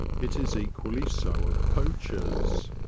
it is equally so of poachers.